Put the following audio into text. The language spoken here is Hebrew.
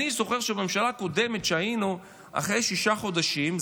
אני זוכר שבממשלה הקודמת כשהיינו אחרי שישה חודשים,